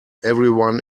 everyone